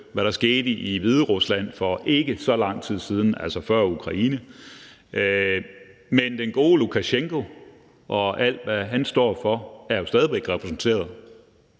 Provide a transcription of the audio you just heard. hvad der skete i Hviderusland for ikke så lang tid siden, altså før invasionen af Ukraine. Men den gode Lukasjenko og alt, hvad han står for, er jo stadig væk repræsenteret.